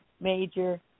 major